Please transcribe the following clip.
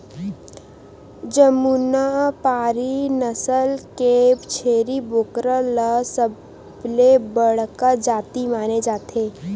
जमुनापारी नसल के छेरी बोकरा ल सबले बड़का जाति माने जाथे